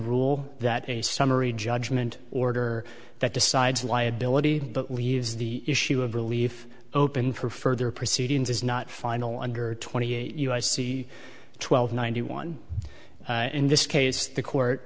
rule that a summary judgment order that decides liability but leaves the issue of relief open for further proceedings is not final under twenty eight u s c twelve ninety one in this case the court